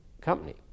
company